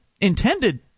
intended